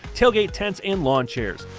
tailgate tents, and lawn chairs.